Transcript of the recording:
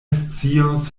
scios